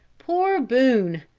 poor boone!